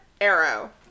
Arrow